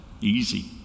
Easy